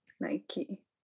Nike